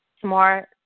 smart